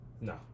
No